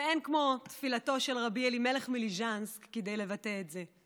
ואין כמו תפילתו של רבי אלימלך מליז'נסק לבטא את זה: